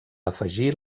afegir